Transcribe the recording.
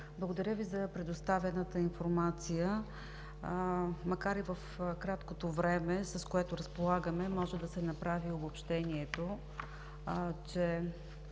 благодаря Ви за предоставената информация. Макар и в краткото време, с което разполагаме, може да се направи обобщението, че